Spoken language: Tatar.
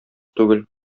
түгел